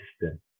system